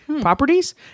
properties